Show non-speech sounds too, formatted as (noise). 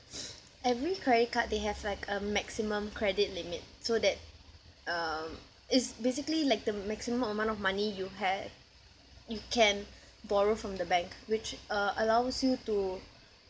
(breath) every credit card they have like a maximum credit limit so that um it's basically like the maximum amount of money you ha~ you can borrow from the bank which uh allows you to